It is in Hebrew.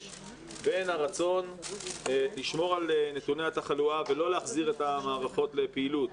הרצון לשמור על נתוני התחלואה ולא להחזיר את המערכות לפעילות,